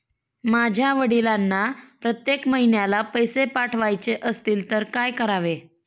माझ्या वडिलांना प्रत्येक महिन्याला पैसे पाठवायचे असतील तर काय करावे?